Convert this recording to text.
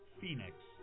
Phoenix